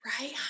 right